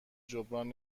جبران